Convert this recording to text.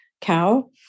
cow